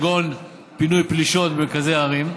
כגון פינוי פלישות במרכזי הערים,